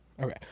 Okay